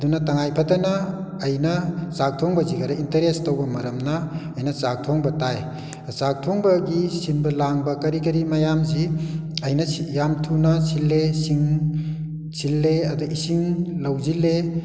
ꯑꯗꯨꯅ ꯇꯉꯥꯏ ꯐꯗꯅ ꯑꯩꯅ ꯆꯥꯛ ꯊꯣꯡꯕꯁꯤ ꯈꯔ ꯏꯟꯇꯔꯦꯁ ꯇꯧꯕ ꯃꯇꯝꯅ ꯑꯩꯅ ꯆꯥꯛ ꯊꯣꯡꯕ ꯇꯥꯏ ꯑꯗ ꯆꯥꯛ ꯊꯣꯡꯕꯒꯤ ꯁꯤꯟꯕ ꯂꯥꯡꯕ ꯀꯔꯤ ꯀꯔꯤ ꯃꯌꯥꯝꯁꯤ ꯑꯩꯅ ꯌꯥꯝ ꯊꯨꯅ ꯁꯤꯜꯂꯦ ꯁꯤꯡ ꯁꯤꯜꯂꯦ ꯑꯗ ꯏꯁꯤꯡ ꯂꯧꯁꯤꯜꯂꯦ